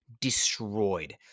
destroyed